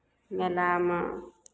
मेलामे